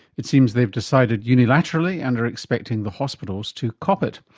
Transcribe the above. it seems they've decided unilaterally and are expecting the hospitals to cop it.